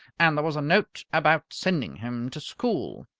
and there was a note about sending him to school.